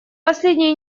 последние